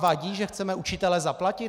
Vadí vám, že chceme učitele zaplatit?